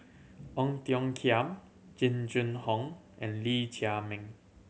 Ong Tiong Khiam Jing Jun Hong and Lee Chiaw Meng